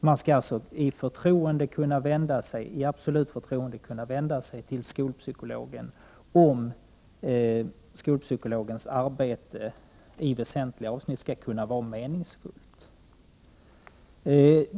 Man skall alltså i absolut förtroende kunna vända sig till skolpsykologen, om skolpsykologens arbete i väsentliga avseenden skall kunna vara meningsfullt.